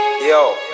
Yo